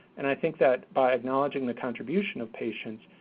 and i think that by acknowledging the contribution of patients,